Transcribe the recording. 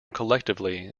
collectively